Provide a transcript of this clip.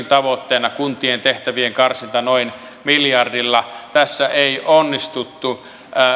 tavoitteena kuntien tehtävien karsinta noin miljardilla tässä ei onnistuttu